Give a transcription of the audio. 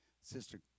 Sister